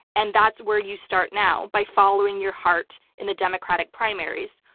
and that's where you start now by following your heart in the democratic primaries.